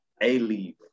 A-leave